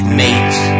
mate